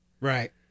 Right